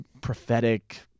prophetic